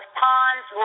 ponds